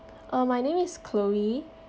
uh my name is chloe